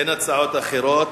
אין הצעות אחרות.